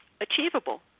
achievable